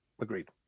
Agreed